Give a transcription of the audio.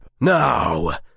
Now